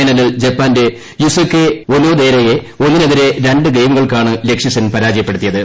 ഫൈനലിൽ ജപ്പാന്റെ യുസുകെ ഒനോദേരായെ ഒന്നിനെതിരെ രണ്ട് ഗെയിമുകൾക്കാണ് ലക്ഷ്യസെൻ പരാജയപ്പെടുത്തിയത്